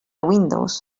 windows